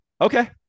Okay